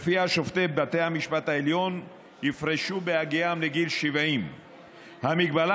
שלפיה שופטי בתי המשפט העליון יפרשו בהגיעם לגיל 70. ההגבלה